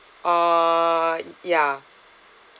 uh ya